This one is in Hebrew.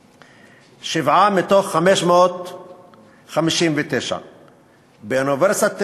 שבעה מתוך 559. באוניברסיטת תל-אביב,